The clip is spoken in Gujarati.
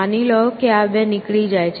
માની લો કે આ બે નીકળી જાય છે